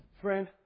Friend